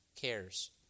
cares